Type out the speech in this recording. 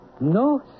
No